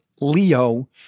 Leo